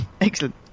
Excellent